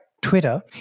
Twitter